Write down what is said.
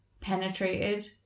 penetrated